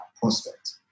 prospect